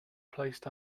placed